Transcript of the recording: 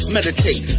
Meditate